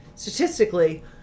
statistically